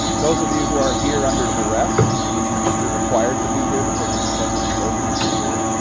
those of you who are here under duress, meaning that you're required to be here because your professors told you to be here,